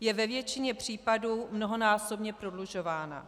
je ve většině případů mnohonásobně prodlužována.